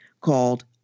called